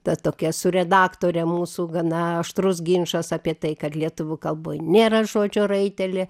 ta tokia su redaktore mūsų gana aštrus ginčas apie tai kad lietuvių kalboj nėra žodžio raitelė